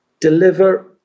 deliver